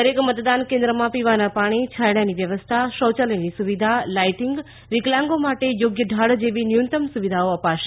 દરેક મતદાન કેન્દ્રમાં પીવાના પાણી છાંયડાની વ્યવસ્થા શૌયાલયની સુવિધા લાઇટિંગ વિકલાંગો માટે યોગ્ય ઢાળ જેવી ન્યૂનતમ સુવિધાઓ અપાશે